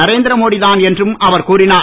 நரேந்திர மோடி தான் என்றும் அவர் கூறிஞர்